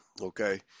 okay